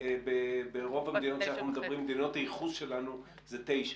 ובאירופה ובמדינות הייחוס שלנו זה תשע,